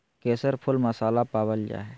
केसर फुल मसाला पावल जा हइ